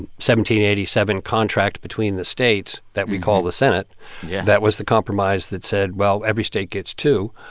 seven hundred and eighty seven contract between the states that we call the senate yeah that was the compromise that said, well, every state gets two.